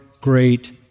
great